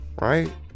right